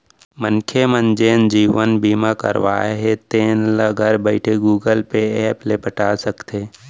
मनखे मन जेन जीवन बीमा करवाए हें तेल ल घर बइठे गुगल पे ऐप ले पटा सकथे